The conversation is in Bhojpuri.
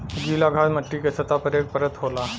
गीला घास मट्टी के सतह पर एक परत होला